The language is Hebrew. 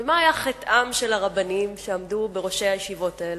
מה היה חטאם של הרבנים שעמדו בראש הישיבות האלה?